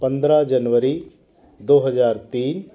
पंद्रह जनवरी दो हजार तीन